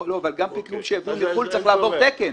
אבל גם פיגום שהביאו מחו"ל צריך לעבור תקן.